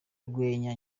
rwenya